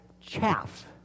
chaff